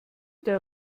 der